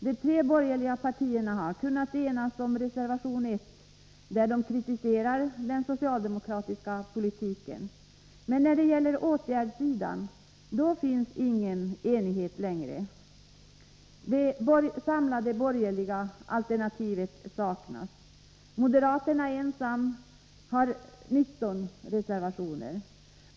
De tre borgerliga partierna har kunnat enas om reservation 1, där de kritiserar den socialdemokratiska politiken, men när det gäller åtgärdssidan finns det ingen enighet längre. Det samlade borgerliga alternativet saknas. Moderaterna har ensamma 19 reservationer.